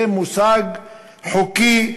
זה מושג חוקי,